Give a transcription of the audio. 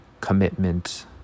commitment